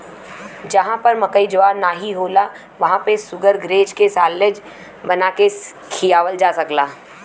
जहां पर मकई ज्वार नाहीं होला वहां पे शुगरग्रेज के साल्लेज बना के खियावल जा सकला